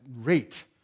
rate